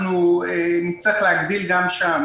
אנחנו נצטרך להגדיל את ההיקף גם שם.